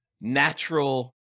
natural